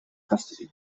custody